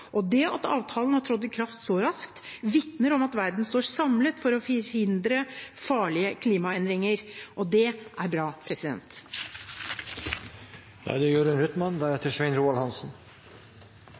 utslipp. Det at avtalen har trådt i kraft så raskt, vitner om at verden står samlet for å forhindre farlige klimaendringer, og det er bra.